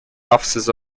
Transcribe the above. offices